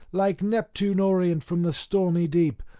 like neptune orient from the stormy deep,